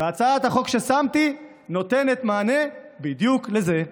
הצעת החוק ששמתי נותנת מענה בדיוק לזה.